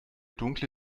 dunkle